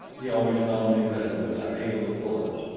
he always found me ready with a hail of bullets.